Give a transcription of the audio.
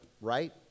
right